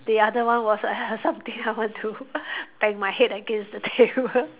the other one was uh something I want to bang my head against the table